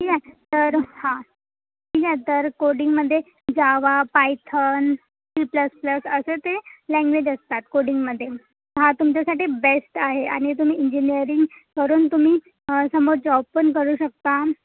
ठीक आहे तर हां ठीक आहे तर कोडिंगमध्ये Java Python C plus plus असे ते लँग्वेज असतात कोडिंगमध्ये हा तुमच्यासाठी बेस्ट आहे आणि तुम्ही इंजिनीयरिंग करून तुम्ही समोर जॉब पण करू शकता